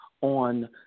on